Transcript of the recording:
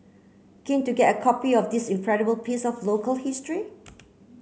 keen to get a copy of this incredible piece of local history